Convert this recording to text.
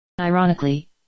Ironically